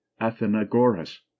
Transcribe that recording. athenagoras